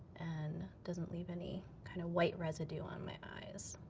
and doesn't leave any kind of white residue on my eyes.